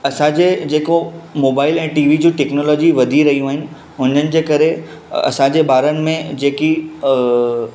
असांजे जेको मोबाइल ऐं टी वी जूं टेक्नोलॉजी वधी रहियूं आहिनि हुननि जे करे असांजे ॿारनि में जेकी